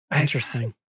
Interesting